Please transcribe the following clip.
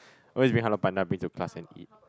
always buy Hello Panda bring to class and eat